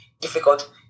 difficult